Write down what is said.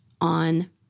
on